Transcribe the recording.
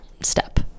step